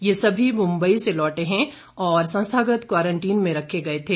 ये सभी मुंबई से लौटे हैं और संस्थागत क्वारंटीन में रखे गए थे